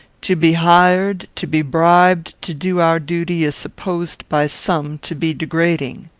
to be hired, to be bribed, to do our duty is supposed by some to be degrading.